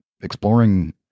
exploring